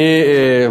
אני,